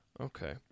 Okay